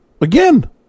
Again